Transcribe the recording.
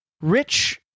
rich